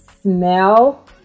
smell